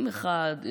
יש גן אירועים אחד,